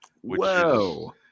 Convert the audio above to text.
Whoa